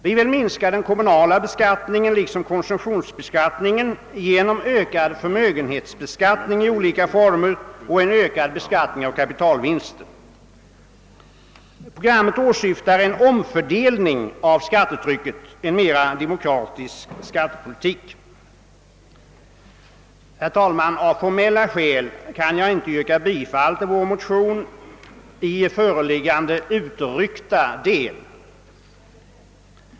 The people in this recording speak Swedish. Vi vill minska den kommunala beskattningen liksom konsumtionsbeskattningen genom ökad förmögenhetsbeskattning i olika former och ökad beskattning av kapitalvinster. Programmet åsyftar en omfördelning av skattetrycket — en mera demokratisk skattepolitik. Herr talman! Av formella skäl kan jag inte yrka bifall till vår motion i föreliggande utryckta del.